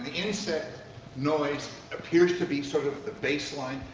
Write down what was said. the insect noise appears to be sort of the baseline.